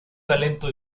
talento